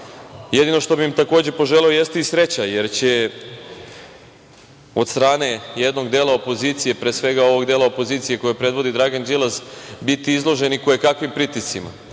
što bih im, takođe, poželeo jeste i sreća, jer će od strane jednog dela opozicije, pre svega ovog dela opozicije koji predvodi Dragan Đilas, biti izloženi kojekakvim pritiscima.